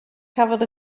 cafodd